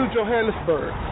Johannesburg